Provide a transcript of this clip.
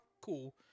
Cool